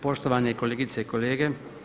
Poštovane kolegice i kolege.